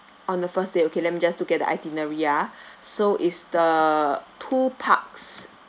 on the first day okay let me just look at the itinerary ah so is the two parks